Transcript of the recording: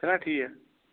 چھُ نہ ٹھیٖک